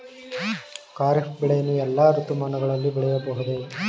ಖಾರಿಫ್ ಬೆಳೆಯನ್ನು ಎಲ್ಲಾ ಋತುಮಾನಗಳಲ್ಲಿ ಬೆಳೆಯಬಹುದೇ?